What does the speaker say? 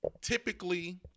typically